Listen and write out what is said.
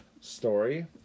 story